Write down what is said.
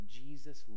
jesus